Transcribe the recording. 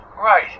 Right